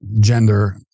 gender